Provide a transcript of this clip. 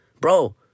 Bro